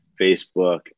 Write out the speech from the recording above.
Facebook